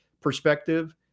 perspective